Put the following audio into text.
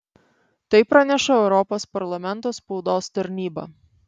tai praneša europos parlamento spaudos tarnyba